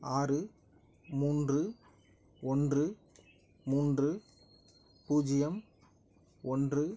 ஆறு மூன்று ஒன்று மூன்று பூஜ்யம் ஒன்று